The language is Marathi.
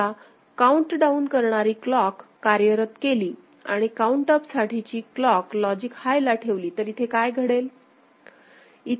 समजा काऊंट डाऊन करणारी क्लॉक कार्यरत केली आणि काउन्ट अप साठीची क्लॉक लॉजिक हायला ठेवली तर इथे काय घडेल